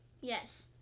Yes